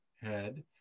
head